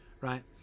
Right